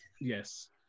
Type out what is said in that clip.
Yes